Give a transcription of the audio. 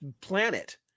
planet